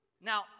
Now